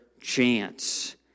chance